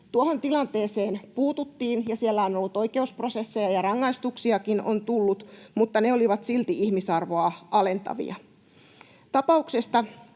Tuohon tilanteeseen puututtiin, ja siellä on ollut oikeusprosesseja ja rangaistuksiakin on tullut, mutta ne olivat silti ihmisarvoa alentavia.